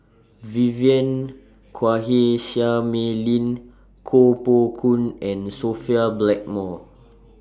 Vivien Quahe Seah Mei Lin Koh Poh Koon and Sophia Blackmore